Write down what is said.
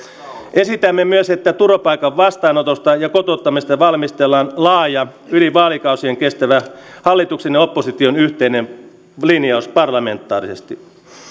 esitämme myös että turvapaikan vastaanotosta ja kotouttamisesta valmistellaan laaja yli vaalikausien kestävä hallituksen ja opposition yhteinen linjaus parlamentaarisesti